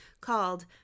called